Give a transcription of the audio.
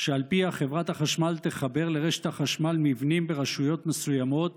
שעל פיה חברת החשמל תחבר לרשת החשמל מבנים ברשויות מסוימות